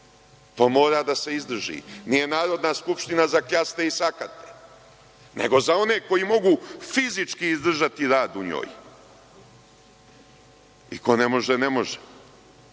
To mora da se izdrži, nije Narodna skupština za kljaste i sakate, nego za one koji mogu fizički izdržati rad u njoj. I ko ne može, ne